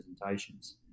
presentations